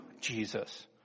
Jesus